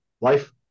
life